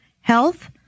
health